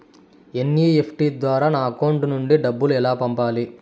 NEFT ద్వారా నా account నుండి డబ్బులు ఎలా పంపాలి